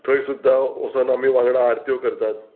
थंय सुद्दां वोसोन आमी वांगडा आरत्यो करतात